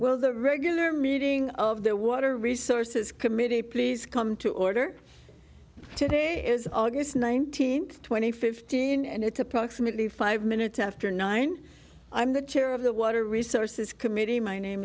well the regular meeting of the water resources committee please come to order today is august nineteenth twenty fifteen and it's approximately five minutes after nine i'm the chair of the water resources committee my name